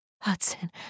Hudson